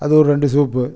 அது ஒரு ரெண்டு சூப்பு